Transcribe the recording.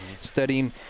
studying –